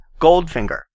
Goldfinger